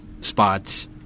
spots